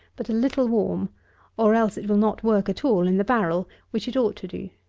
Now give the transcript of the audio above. but a little warm or else it will not work at all in the barrel, which it ought to do.